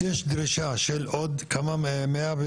יש דרישה של עוד כמה מהם,